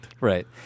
Right